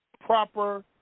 proper